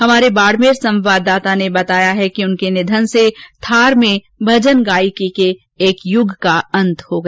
हमारे बाड़मेर संवाददाता ने बताया है कि उनके निधन से थार में भजन गायकी के एक युग का अंत हो गया